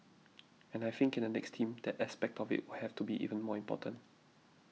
and I think in the next team that aspect of it will have to be even more important